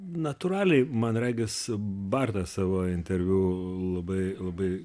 natūraliai man regis bartas savo interviu labai labai